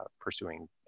pursuing